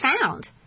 found